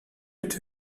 wird